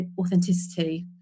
authenticity